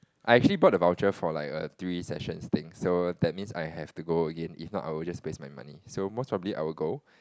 I actually bought the voucher for like a three sessions thing so that means I have to go again if not I will just waste my money so most probably I will go